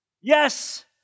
Yes